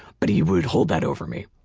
but he would hold that over me.